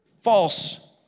false